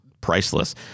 priceless